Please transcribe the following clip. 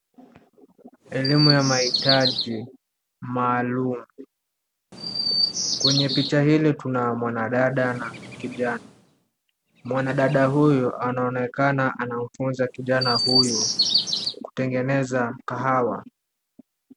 Elimu ya mahitaji maalumu. Kwenye picha hili tunamwona dada na kijana. Mwanadada huyu anaonekana anamfunza kijana huyu kutengeneza kahawa.